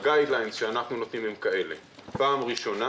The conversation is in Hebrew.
ה-"גייד ליין" שאנחנו נותנים הוא כזה: פעם ראשונה,